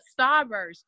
Starburst